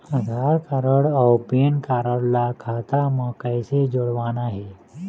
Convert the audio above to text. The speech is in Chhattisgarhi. आधार कारड अऊ पेन कारड ला खाता म कइसे जोड़वाना हे?